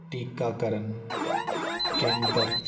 ਟੀਕਾਕਰਨ ਕੇਂਦਰ